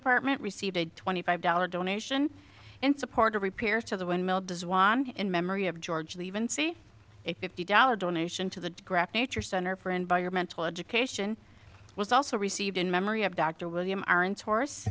department received a twenty five dollars donation in support of repairs to the windmill does watch in memory of georgia even see a fifty dollar donation to the graphic nature center for environmental education was also received in memory of dr william aren't source